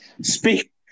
Speak